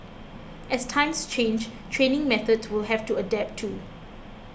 as times change training methods will have to adapt too